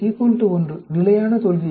1 நிலையான தோல்வி விகிதம்